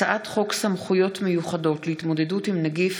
הצעת חוק סמכויות מיוחדות להתמודדות עם נגיף